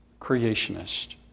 creationist